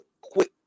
quick